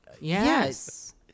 Yes